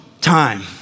time